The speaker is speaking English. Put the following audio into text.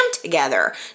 together